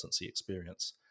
experience